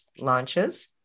launches